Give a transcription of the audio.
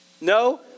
No